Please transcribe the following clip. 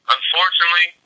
Unfortunately